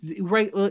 right